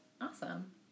Awesome